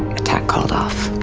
attack called off,